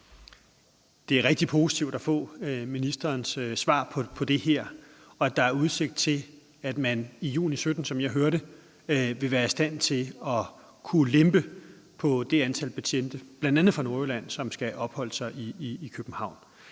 Det er rigtig positivt at få ministerens svar på det her, og at der er udsigt til, at man i juni 2017, som jeg hører det, vil være i stand til at kunne lempe på det antal betjente bl.a. fra Nordjylland, som skal opholde sig i København.